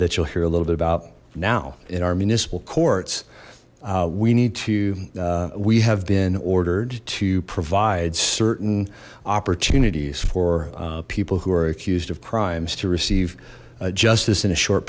that you'll hear a little bit about now in our municipal courts we need to we have been ordered to provide certain opportunities for people who are accused of crimes to receive justice in a short